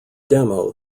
demo